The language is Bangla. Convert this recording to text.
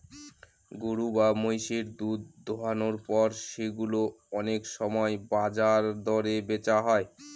গরু বা মহিষের দুধ দোহানোর পর সেগুলো অনেক সময় বাজার দরে বেচা হয়